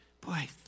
boy